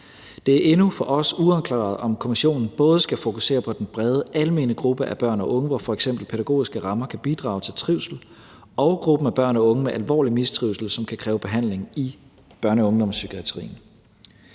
Det er endnu for os uafklaret, om kommissionen både skal fokusere på den brede, almene gruppe af børn og unge, hvor f.eks. pædagogiske rammer kan bidrage til trivsel, og gruppen af børn og unge med alvorlig mistrivsel, som kan kræve behandling i børne- og ungdomspsykiatrien.